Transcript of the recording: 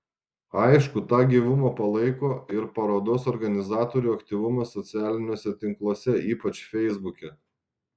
aišku tą gyvumą palaiko ir parodos organizatorių aktyvumas socialiniuose tinkluose ypač feisbuke